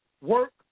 work